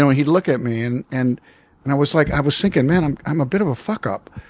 he'd look at me, and and and i was like i was thinking man, i'm i'm a bit of a fuckup.